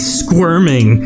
squirming